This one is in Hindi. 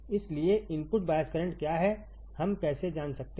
इसलिए इनपुट बायस करंट क्या है हम कैसे जान सकते हैं